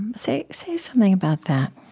and say say something about that